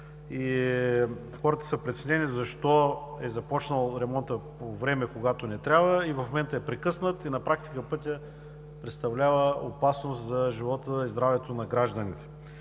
и хората са притеснени защо е започнал ремонтът по време, когато не трябва, в момента е прекъснат и на практика пътят представлява опасност за живота и здравето на гражданите?